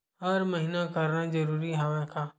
हर महीना करना जरूरी हवय का?